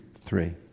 three